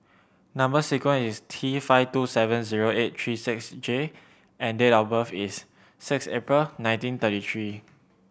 number sequence is T five two seven zero eight three six J and date of birth is six April nineteen thirty three